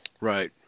Right